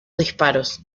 disparos